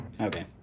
Okay